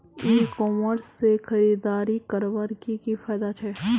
ई commerce से खरीदारी करवार की की फायदा छे?